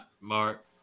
Mark